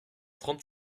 trente